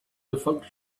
functioning